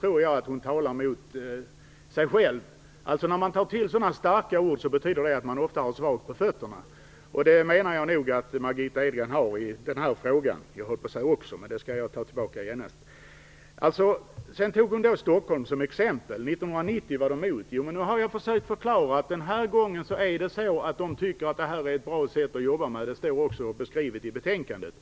tror jag att hon talar emot sig själv. När man tar till så starka ord betyder det ofta att man inte har ordentligt på fötterna. Det menar jag nog gäller för Margitta Edgren i den här frågan - också, höll jag på att säga, men det tar jag genast tillbaka. Margitta Edgren tog Stockholm som exempel och sade att man 1990 var emot. Men nu har jag ju förklarat att Stockholm den här gången tycker att det här är ett bra sätt att jobba - det står också beskrivet i betänkandet.